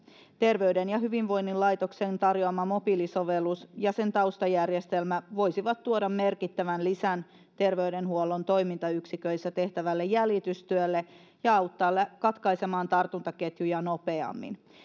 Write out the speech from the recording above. terveyden ja hyvinvoinnin laitoksen tarjoama mobiilisovellus ja sen taustajärjestelmä voisivat tuoda merkittävän lisän terveydenhuollon toimintayksiköissä tehtävälle jäljitystyölle ja auttaa katkaisemaan tartuntaketjuja nopeammin